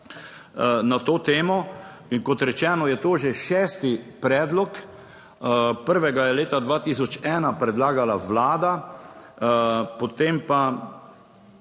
na to temo in kot rečeno je to že šesti predlog, prvega je leta 2001 predlagala Vlada, potem pa